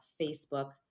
Facebook